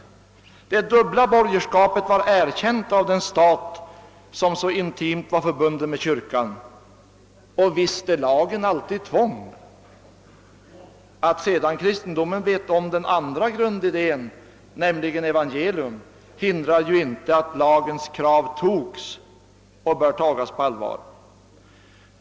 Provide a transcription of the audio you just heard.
Det dubbla borgerskapet var erkänt av den stat som så intimt var förbunden med kyrkan. Och visst är lagen alltid tvång! Att sedan kristendomen vet om den andra grundidén, nämligen evangelium, hindrar ju inte att lagens krav togs och bör tagas på allvar.